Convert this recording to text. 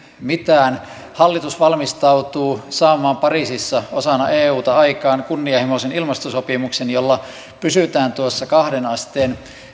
mitään hallitus valmistautuu saamaan pariisissa osana euta aikaan kunnianhimoisen ilmastosopimuksen jolla pysytään tuossa kahden asteen